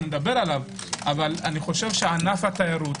אבל ענף התיירות,